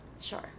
sure